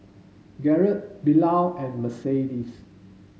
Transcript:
Garret Bilal and Mercedes